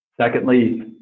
Secondly